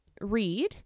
read